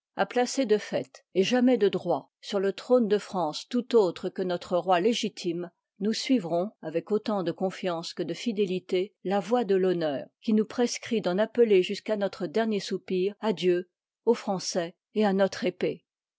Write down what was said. de fait et jamais de droit sur le liv iii trône de france tout autre que notre roi légitime nous suivrons avec autant de confiance que de fidélité la voix de l'honneur qui nous prescrit d'en appeler jusqu'à notre dernier soupir à dieu aux français et à notre épée